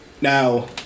Now